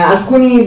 Alcuni